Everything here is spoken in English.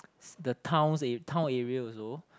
the towns town area also